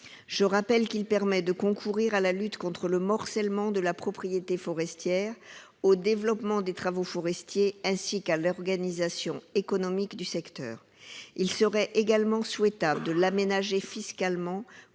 fiscal permet de concourir à la lutte contre le morcellement de la propriété forestière, au développement des travaux forestiers, ainsi qu'à l'organisation économique du secteur. Il serait également souhaitable de l'aménager fiscalement